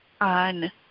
on